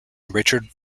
richard